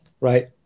right